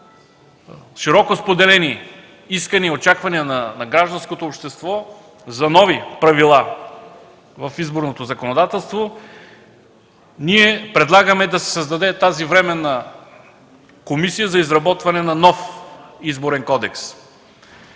широко споделени искания и очаквания на гражданското общество за нови правила в изборното законодателство, ние предлагаме да се създаде тази Временна комисия за изработване на нов Изборен кодекс.